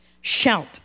shout